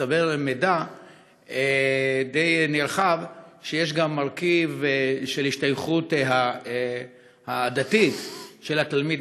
מצטבר מידע די נרחב שיש גם מרכיב של ההשתייכות העדתית של התלמיד,